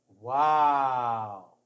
Wow